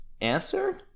answer